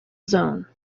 zone